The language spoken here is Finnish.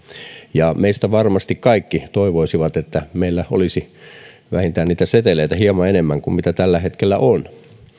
ja meistä varmasti kaikki toivoisivat että meillä olisi vähintään niitä seteleitä hieman enemmän kuin mitä tällä hetkellä on